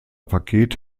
paket